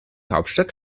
hauptstadt